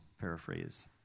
paraphrase